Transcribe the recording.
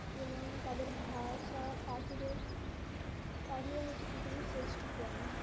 এবং তাদের ভাষা পাখিদের পাখিরা হচ্ছে পৃথিবীর শ্রেষ্ঠ প্রাণী